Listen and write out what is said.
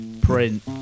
print